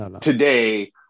today